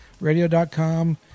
Radio.com